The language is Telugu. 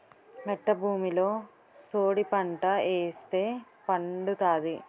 మెట్ట భూమిలో సోడిపంట ఏస్తే పండుతాది